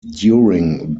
during